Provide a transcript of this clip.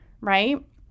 right